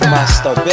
Master